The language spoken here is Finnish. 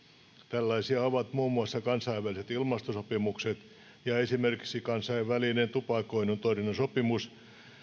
tällaisia ovat muun muassa kansainväliset ilmastosopimukset ja esimerkiksi kansainvälinen tupakoinnin torjunnan sopimus